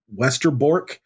Westerbork